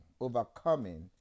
overcoming